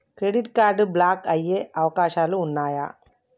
Credit card block అయ్యే అవకాశాలు ఉన్నయా?